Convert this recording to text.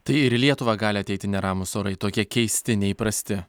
tai ir į lietuvą gali ateiti neramūs orai tokie keisti neįprasti